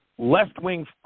Left-wing